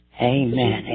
Amen